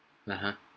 (uh huh)